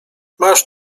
masz